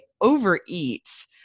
overeat